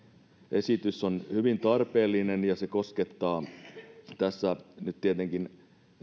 esitys on hyvin tarpeellinen ja se koskettaa tässä nyt tietenkin